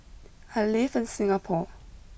I live in Singapore